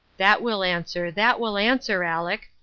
that will answer, that will answer, aleck!